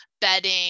bedding